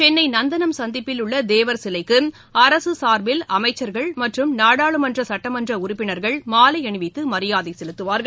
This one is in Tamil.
சென்னை நந்தனம் சந்திப்பில் உள்ள தேவர் சிலைக்கு அரசு சார்பில் அமைச்சர்கள் மற்றும் நாடாளுமன்ற சட்டமன்ற உறுப்பினர்கள் மாலை அணிவித்து மரியாதை செலுத்துவார்கள்